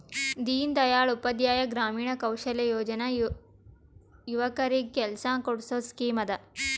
ದೀನ್ ದಯಾಳ್ ಉಪಾಧ್ಯಾಯ ಗ್ರಾಮೀಣ ಕೌಶಲ್ಯ ಯೋಜನಾ ಯುವಕರಿಗ್ ಕೆಲ್ಸಾ ಕೊಡ್ಸದ್ ಸ್ಕೀಮ್ ಅದಾ